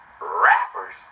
rappers